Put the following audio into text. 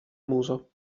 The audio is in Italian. muso